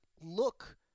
look